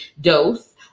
dose